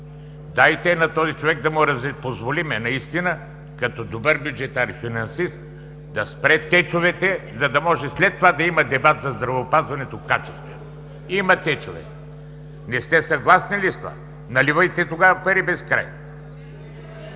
Дайте на този човек да му позволим, наистина като добър бюджетарфинансист, да спре течовете, за да може след това да има качествен дебат за здравеопазването. Има течове – не сте ли съгласни с това? Наливайте тогава пари без край!